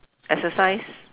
exercise